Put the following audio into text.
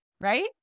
right